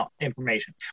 information